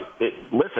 listen